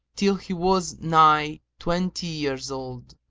till he was nigh twenty years old.